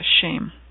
shame